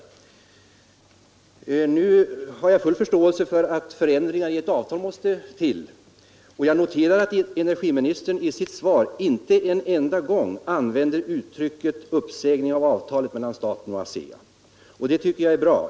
Nu har jag full förståelse för att förändringar måste göras i konsortialavtalet om Asea-Atoms verksamhet, och jag noterar att energiministern i sitt svar inte en enda gång använder uttrycket ”uppsägning av avtalet mellan staten och ASEA”. Det tycker jag är bra.